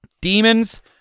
demons